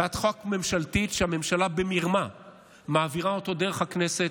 זאת הצעת חוק ממשלתית שהממשלה במרמה מעבירה אותה דרך הכנסת.